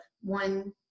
one